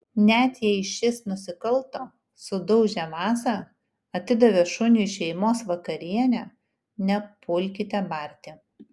net jei šis nusikalto sudaužė vazą atidavė šuniui šeimos vakarienę nepulkite barti